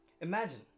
Imagine